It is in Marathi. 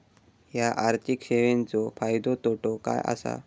हया आर्थिक सेवेंचो फायदो तोटो काय आसा?